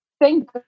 thank